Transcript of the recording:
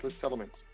settlements